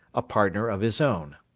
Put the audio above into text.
a partner of his own.